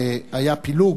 היה פילוג